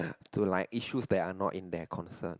to like issues that are not in their concern